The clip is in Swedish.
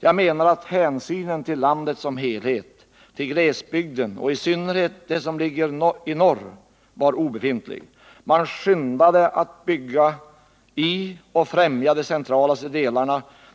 Jag menar att hänsynen till landet som helhet, till glesbygden och i synnerhet till det som ligger i norr var obefintlig — man skyndade att bygga i och främja de mest centrala,